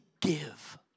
give